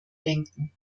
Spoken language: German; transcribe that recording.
denken